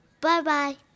Bye-bye